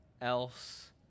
else